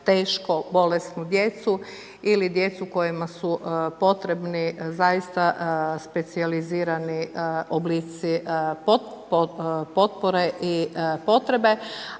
teško bolesnu djecu ili djecu kojima su potrebni zaista specijalizirani oblici potpore i potrebe,